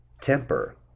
temper